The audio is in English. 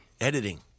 Editing